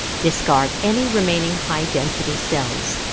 discard any remaining high-density cells.